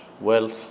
wealth